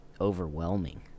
overwhelming